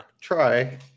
Try